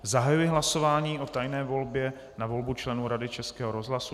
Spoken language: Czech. Zahajuji hlasování o tajné volbě na volbu členů Rady Českého rozhlasu.